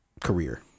career